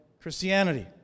Christianity